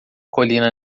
colina